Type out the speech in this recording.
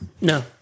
No